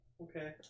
Okay